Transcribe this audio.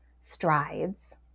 strides